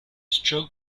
stroke